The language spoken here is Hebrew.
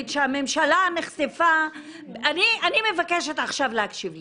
שהממשלה נחשפה -- -אני מבקשת עכשיו להקשיב לזה.